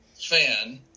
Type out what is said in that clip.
fan